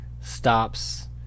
stops